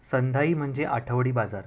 संधाई म्हणजे आठवडी बाजार